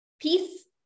peace